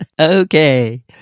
Okay